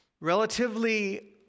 relatively